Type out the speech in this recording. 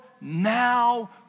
now